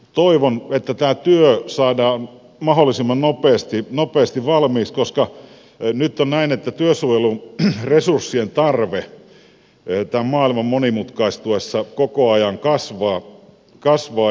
toivon että tämä työ saadaan mahdollisimman nopeasti valmiiksi koska nyt on näin että työsuojelun resurssien tarve tämän maailman monimutkaistuessa koko ajan kasvaa